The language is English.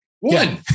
One